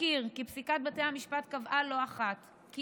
אזכיר כי פסיקת בתי המשפט קבעה לא אחת כי